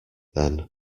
then